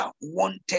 wanted